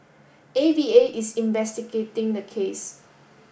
A V A is investigating the case